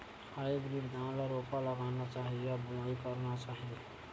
Hybrid धान ल रोपा लगाना चाही या बोआई करना चाही?